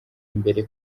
imbere